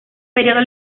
período